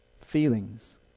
feelings